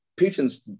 Putin's